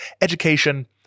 education